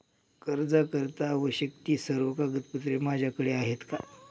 कर्जाकरीता आवश्यक ति सर्व कागदपत्रे माझ्याकडे आहेत का?